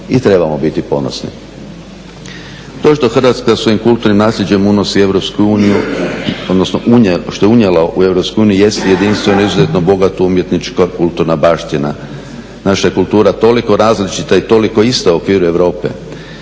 i trebamo biti ponosni. To što Hrvatska svojim kulturnim naslijeđem unosi u EU odnosno što je unijela u EU jest jedinstvena i izuzetno bogata umjetnička kulturna baština. Naša je kultura toliko različita i toliko ista u okviru Europe.